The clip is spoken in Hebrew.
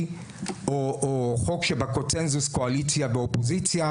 או חוק שבקונצנזוס קואליציה ואופוזיציה,